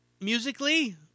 musically